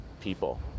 people